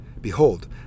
Behold